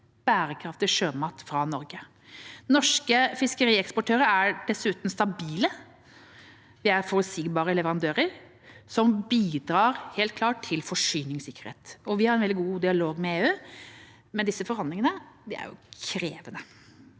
bærekraftig sjømat fra Norge. Norske fiskeeksportører er dessuten stabile og forutsigbare leverandører som bidrar til forsyningssikkerhet. Vi har en god dialog med EU, men forhandlingene er krevende.